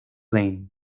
lane